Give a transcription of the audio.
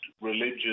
religious